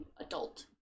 adult